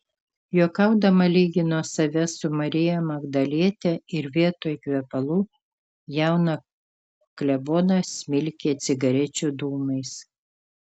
juokaudama lygino save su marija magdaliete ir vietoj kvepalų jauną kleboną smilkė cigarečių dūmais